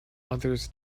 others